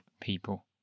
people